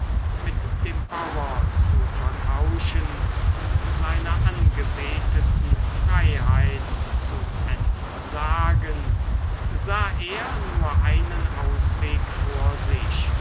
mit dem bauer zu vertauschen und seiner angebeteten freiheit zu entsagen sah er nur einen ausweg vor sich